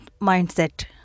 mindset